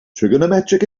trigonometric